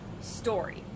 story